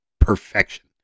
perfection